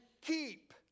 keep